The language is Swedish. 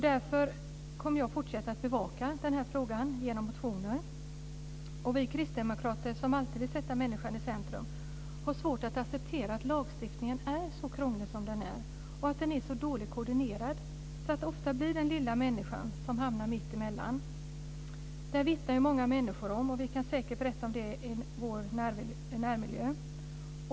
Därför kommer jag att fortsätta att bevaka denna fråga genom motioner. Vi kristdemokrater, som alltid vill sätta människan i centrum, har svårt att acceptera att lagstiftningen är så krånglig och så dåligt koordinerad som den är. Ofta hamnar den lilla människan mittemellan. Detta vittnar många människor om och vi kan säkert se exempel på det i vår närmiljö.